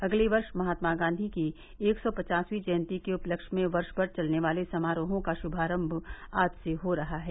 अगले वर्ष महात्मा गांधी की एक सौ पचासर्वी जयंती के उपलक्ष्य में वर्षमर चलने वाले समारोहों का शुभारंभ आज से हो रहा है